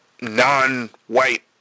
non-white